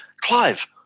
Clive